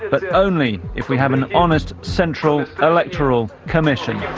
but only if we have an honest central electoral commission.